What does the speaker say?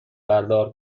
بردار